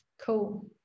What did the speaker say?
Cool